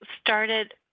started